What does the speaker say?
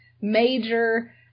major